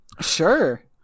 Sure